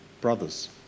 brothers